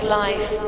life